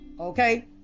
okay